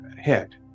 head